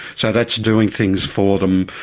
so that's doing things for them,